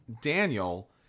Daniel